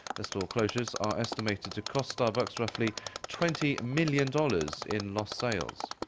the store closures are estimated to cost starbucks roughly twenty million dollars in lost sales.